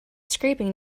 scraping